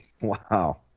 Wow